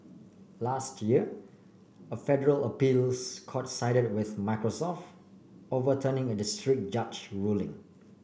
last year a federal appeals court sided with Microsoft overturning a district judge ruling